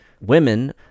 women